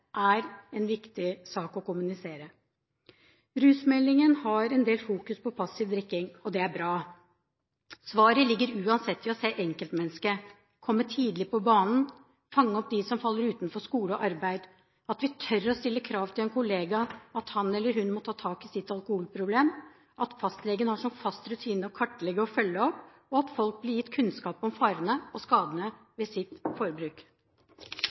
er viktig å kommunisere. Rusmeldingen fokuserer en del på passiv drikking, og det er bra. Svaret ligger uansett i å se enkeltmennesket, komme tidlig på banen, fange opp dem som faller utenfor skole og arbeid, tørre å stille krav til en kollega om at han eller hun må ta tak i sitt alkoholproblem, at fastlegen har som fast rutine å kartlegge og følge opp, og at folk blir gitt kunnskap om farene og skadene ved sitt forbruk.